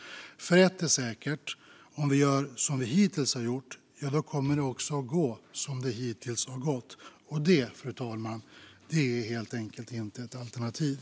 Ett är nämligen säkert: Om vi gör som vi hittills har gjort kommer det också att gå som det hittills har gått. Och det, fru talman, är helt enkelt inte ett alternativ.